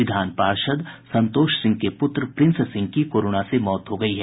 विधान पार्षद संतोष सिंह के पुत्र प्रिंस सिंह की कोरोना से मौत हो गयी है